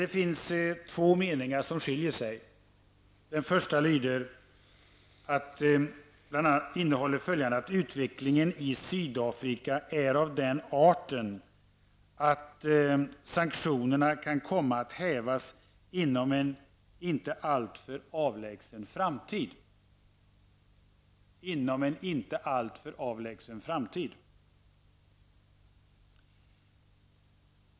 Det är två meningar som skiljer sig. En av de skiljaktiga meningarna har i reservationen formuleringen ''att utvecklingen i Sydafrika är av den arten att sanktionerna kan komma att hävas inom en inte alltför avlägsen framtid''.